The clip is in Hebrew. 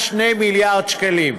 מעל 2 מיליארד שקלים,